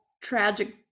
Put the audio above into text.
tragic